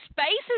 spaces